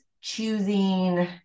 choosing